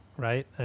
right